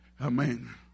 Amen